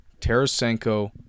Tarasenko